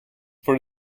for